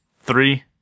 Three